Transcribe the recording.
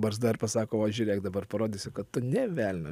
barzda ir pasako va žiūrėk dabar parodysiu kad tu nė velnio